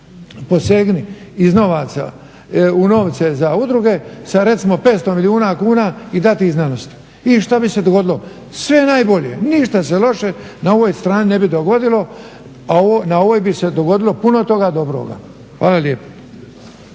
posegnuti u novce za udruge sa recimo 500 milijuna kuna i dati ih znanosti. I što bi se dogodilo? Sve najbolje! Ništa se loše na ovoj strani ne bi dogodilo, a na ovoj bi se dogodilo puno toga dobroga. Hvala lijepo.